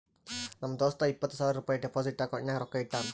ನಮ್ ದೋಸ್ತ ಇಪ್ಪತ್ ಸಾವಿರ ರುಪಾಯಿ ಡೆಪೋಸಿಟ್ ಅಕೌಂಟ್ನಾಗ್ ರೊಕ್ಕಾ ಇಟ್ಟಾನ್